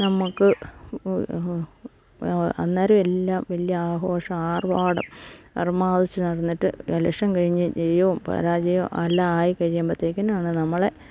നമുക്ക് അന്നേരം എല്ലാം വലിയ ആഘോഷം ആർഭാടം അർമാദിച്ച് നടന്നിട്ട് ഇലക്ഷൻ കഴിഞ്ഞ് ജയവും പരാജയവും എല്ലാം ആയി കഴിയുമ്പത്തേക്കിനും ആണ് നമ്മളെ